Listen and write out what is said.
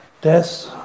death